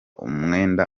umwenda